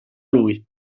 lui